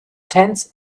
tents